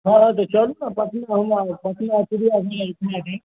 हॅं हँ तऽ चलू ने पटनो हमरा पटना चिड़िआ घुमा देब